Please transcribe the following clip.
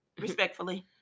respectfully